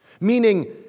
meaning